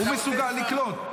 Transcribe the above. הוא מסוגל לקלוט.